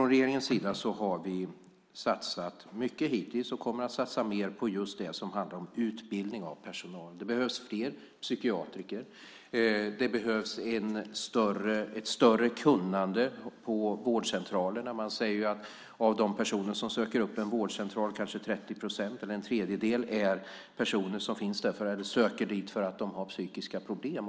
Regeringen har satsat mycket hittills, och vi kommer att satsa mer, på utbildning av personal. Det behövs fler psykiatrer. Det behövs ett större kunnande på vårdcentralerna. Man säger att av de personer som söker upp en vårdcentral är kanske 30 procent eller en tredjedel personer som söker dit därför att de har psykiska problem.